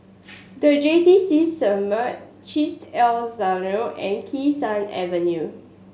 The J T C Summit Chesed El Synagogue and Kee Sun Avenue